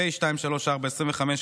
פ/234/25,